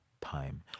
time